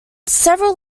several